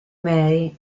mary